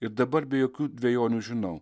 ir dabar be jokių dvejonių žinau